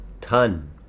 ton